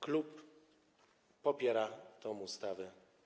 Klub popiera tę ustawę.